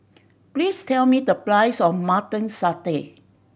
please tell me the price of Mutton Satay